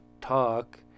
talk